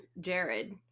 Jared